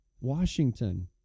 washington